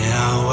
Now